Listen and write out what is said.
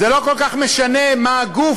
זה לא כל כך משנה מה הגוף